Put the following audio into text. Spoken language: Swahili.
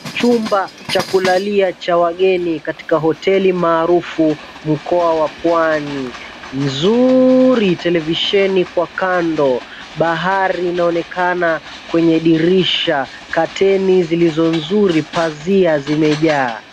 Chumba cha kulalia cha wageni katika hoteli maarufu mkoa wa Pwani nzuri. Televisheni kwa kando, bahari inaoonekana kwenye dirisha, curtain zilizo nzuri, pazia zimejaa.